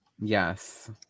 yes